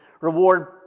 reward